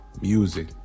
music